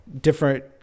different